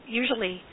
usually